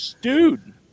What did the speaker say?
Dude